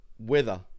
weather